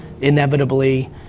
inevitably